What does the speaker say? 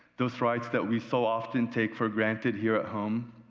those rights that we so often take for granted here at home,